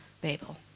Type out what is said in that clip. Babel